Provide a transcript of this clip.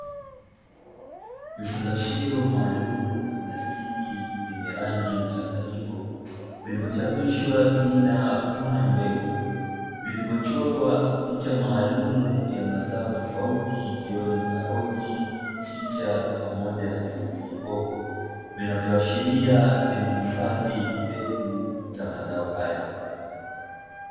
Vifungashio maalumu vya plastiki vyenye rangi mchanganyiko vilivyochapishwa jina "vuna mbegu" vilivyochorwa picha maalumu ya mazao tofauti ikiwemo karoti, mchicha pamoja na pilipili hoho vinavyoashiria vimehifadhi mbegu za mazao hayo.